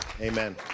Amen